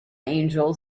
angel